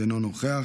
אינו נוכח,